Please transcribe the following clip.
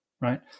right